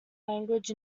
language